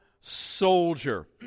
soldier